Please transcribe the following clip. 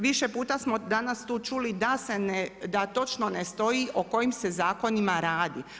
Više puta smo danas tu čuli da se ne, da točno ne stoji o kojim se zakonima radi.